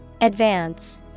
Advance